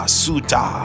suta